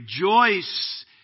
rejoice